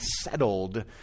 settled